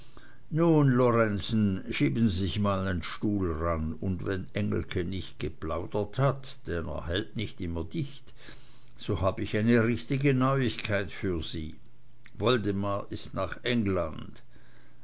nun lorenzen schieben sie sich mal nen stuhl ran und wenn engelke nicht geplaudert hat denn er hält nicht immer dicht so hab ich eine richtige neuigkeit für sie woldemar ist nach england